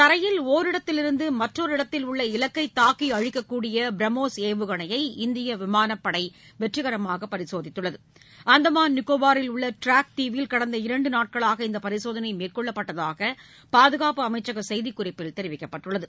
தரையில் ஒரிடத்திலிருந்து மற்றொரு இடத்தில் உள்ள இலக்கை தாக்கி அழிக்கக்கூடிய பிரம்மோஸ் ஏவுகணையை இந்திய விமானப்படை வெற்றிகரமாக பரிசோதித்துள்ளது அந்தமான் நிக்கோபாரில் உள்ள டிராக் தீவில் கடந்த இரு நாட்களாக இந்த பரிசோதனை மேற்கொள்ளப்பட்டதாக பாதுகாப்பு அமைச்சக செய்திக்குறிப்பில் தெரிவிக்கப்பட்டுள்ளது